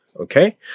okay